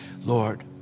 Lord